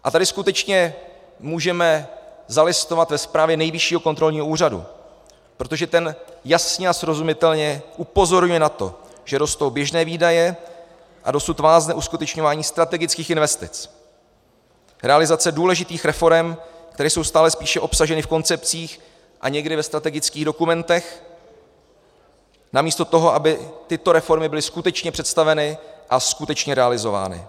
A tady skutečně můžeme zalistovat ve zprávě Nejvyššího kontrolního úřadu, protože ten jasně a srozumitelně upozorňuje na to, že rostou běžné výdaje a dosud vázne uskutečňování strategických investic, realizace důležitých reforem, které jsou stále spíše obsaženy v koncepcích a někdy ve strategických dokumentech, namísto toho, aby tyto reformy byly skutečně představeny a skutečně realizovány.